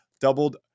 doubled